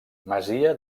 masia